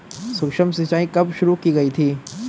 सूक्ष्म सिंचाई कब शुरू की गई थी?